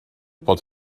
bod